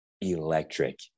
electric